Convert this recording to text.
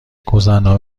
گذرنامه